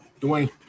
Dwayne